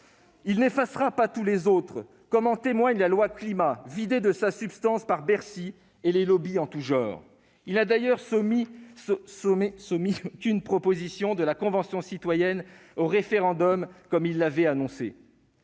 Il n'effacera pas tous les autres, par exemple la loi sur le climat, vidée de sa substance par Bercy et les lobbies en tous genres. Il n'a d'ailleurs soumis aucune proposition de la Convention citoyenne au référendum, comme il l'avait annoncé.